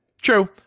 True